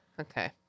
okay